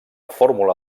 fórmula